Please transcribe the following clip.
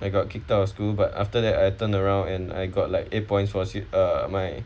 I got kicked out of school but after that I turned around and I got like eight points for sit~ uh my